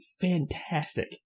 fantastic